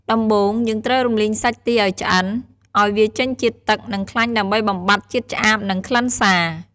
ដំបូង យើងត្រូវរំលីងសាច់ទាឱ្យឆ្អិន ឱ្យវាចេញជាតិទឹក និងខ្លាញ់ដើម្បីបំបាត់ជាតិឆ្អាប និងក្លិនសា។